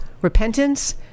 repentance